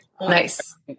Nice